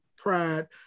pride